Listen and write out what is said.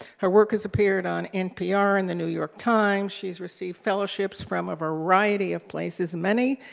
her work has appeared on npr and the new york times, she's received fellowships from a variety of places many,